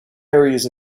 areas